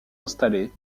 installées